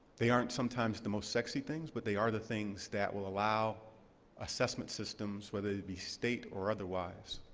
they aren't sometimes the most sexy things but they are the things that will allow assessment systems, whether it be state or otherwise,